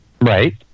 Right